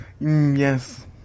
Yes